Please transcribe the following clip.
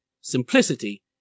simplicity